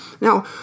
Now